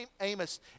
Amos